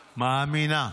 מאמינה.